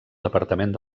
departament